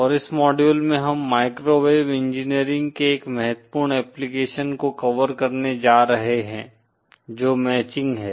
और इस मॉड्यूल में हम माइक्रोवेव इंजीनियरिंग के एक महत्वपूर्ण एप्लीकेशन को कवर करने जा रहे हैं जो मैचिंग है